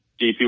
DP